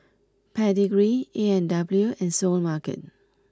Pedigree A and W and Seoul Mart